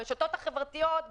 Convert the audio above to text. ברשתות החברתיות,